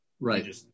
Right